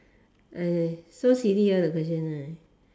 !aiya! so silly ah the question ah